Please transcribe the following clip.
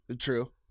true